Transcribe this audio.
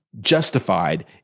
justified